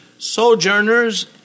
Sojourners